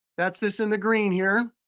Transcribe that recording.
that's this in the green here.